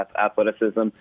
athleticism